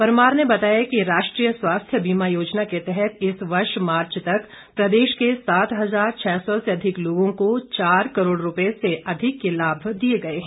परमार ने बताया कि राष्ट्रीय स्वास्थ्य बीमा योजना के तहत इस वर्ष मार्च तक प्रदेश के सात हजार छः सौ से अधिक लोगों को चार करोड़ रूपए से अधिक के लाभ दिए गए हैं